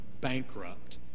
bankrupt